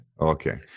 Okay